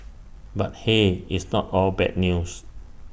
but hey it's not all bad news